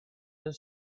the